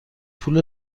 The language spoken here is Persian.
پول